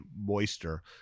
moister